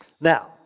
Now